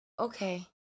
Okay